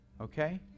okay